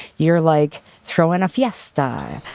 you're like throwing a fiesta.